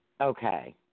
Okay